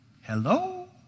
Hello